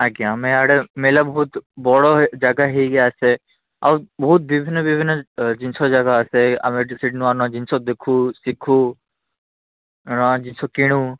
ଆଜ୍ଞା ଆମ ଆଡ଼େ ମେଳା ବହୁତ ବଡ଼ ଜାଗା ହେଇକି ଆସେ ଆଉ ବହୁତ ବିଭିନ୍ନ ଜିନିଷ ଯାକ ଆସେ ଆମେ ଏଠି ବହୁତ ନୂଆ ନୂଆ ଜିନିଷ ଦେଖୁ ଶିଖୁ ନୂଆ ଜିନିଷ କିଣୁ